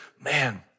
man